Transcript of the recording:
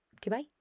Goodbye